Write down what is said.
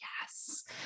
yes